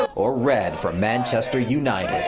or red for manchester united.